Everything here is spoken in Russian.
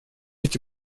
эти